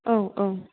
औ औ